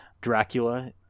Dracula